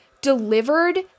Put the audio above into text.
delivered